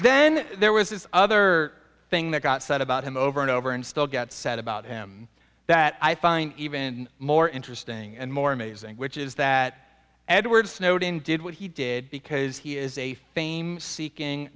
then there was this other thing that got said about him over and over and still get said about him that i find even more interesting and more amazing which is that edward snowden did what he did because he is a fame seeking